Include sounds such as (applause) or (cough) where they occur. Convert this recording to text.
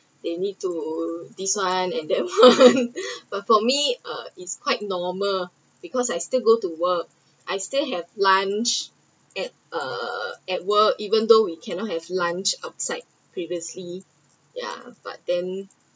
they need to this one and that one (laughs) but for me uh it’s quite normal because I still go to work I still have lunch at uh at work even though we cannot have lunch outside previously ya but then